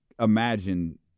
imagine